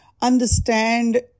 understand